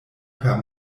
per